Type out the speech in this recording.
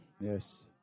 Yes